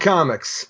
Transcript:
Comics